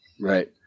Right